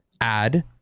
add